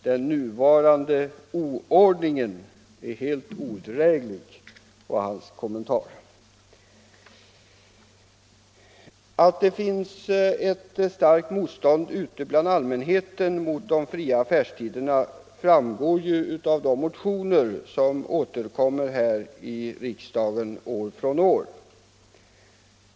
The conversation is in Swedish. Den nuvarande oordningen är helt odräglig.” Det var hans kommentar. Att det ute hos allmänheten finns ett starkt motstånd mot de fria affärstiderna framgår av de motioner som återkommer här i riksdagen år efter år.